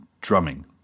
drumming